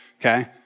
okay